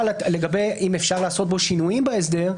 לגבי אם אפשר לעשות שינויים בהסדר,